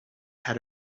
had